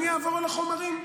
אני אעבור על החומרים.